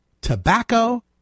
Tobacco